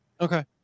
Okay